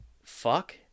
Fuck